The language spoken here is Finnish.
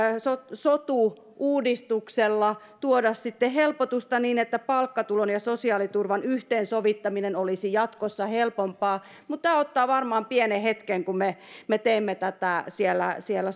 sotu uudistuksella tuoda sitten helpotusta niin että palkkatulon ja sosiaaliturvan yhteensovittaminen olisi jatkossa helpompaa mutta tämä ottaa varmaan pienen hetken kun me me teemme tätä siellä siellä